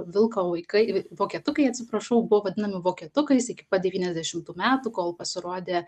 vilko vaikai vokietukai atsiprašau buvo vadinami vokietukais iki pat devyniasdešimtų metų kol pasirodė